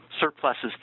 surpluses